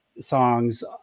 songs